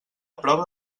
prova